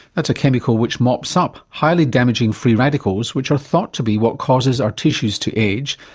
that's a chemical which mops up highly damaging free radicals which are thought to be what causes our tissues to age,